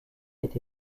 été